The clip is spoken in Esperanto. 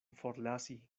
forlasi